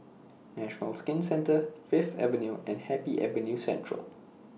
National Skin Centre Fifth Avenue and Happy Avenue Central